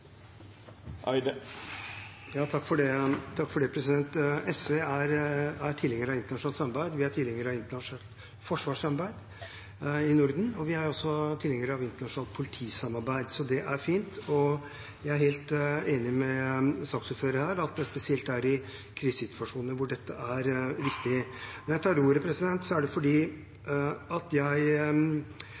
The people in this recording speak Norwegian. SV er tilhenger av internasjonalt samarbeid. Vi er tilhengere av internasjonalt forsvarssamarbeid i Norden, og vi er også tilhengere av internasjonalt politisamarbeid. Så det er fint, og jeg er helt enig med representanten Gulati i at det spesielt er i krisesituasjoner dette er viktig. Når jeg tar ordet, er det fordi jeg ønsker at